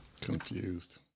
Confused